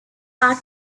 are